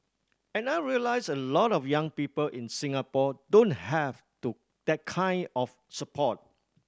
and I realised a lot of young people in Singapore don't have to that kind of support